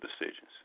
decisions